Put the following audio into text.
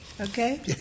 okay